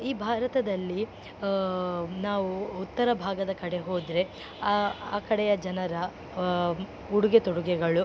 ಈ ಭಾರತದಲ್ಲಿ ನಾವು ಉತ್ತರ ಭಾಗದ ಕಡೆ ಹೋದರೆ ಆ ಕಡೆಯ ಜನರ ಉಡುಗೆ ತೊಡುಗೆಗಳು